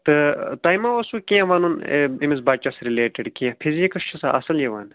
تہٕ تۄہہِ ما اوسو کیٚنٛہہ وَنُن أمِس بَچَس رِلیٚٹِڈ کیٚنٛہہ فِزِیٖکٕس چھُ سا اَصٕل یِوان